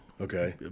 Okay